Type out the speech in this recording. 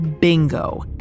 Bingo